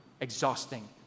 exhausting